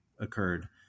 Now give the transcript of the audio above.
occurred